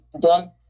done